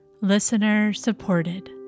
listener-supported